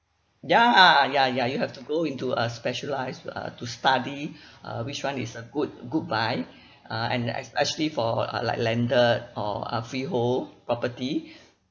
ya ya ya you have to go into a specialised uh to study uh which one is a good good buy uh and especially for uh like landed or a freehold property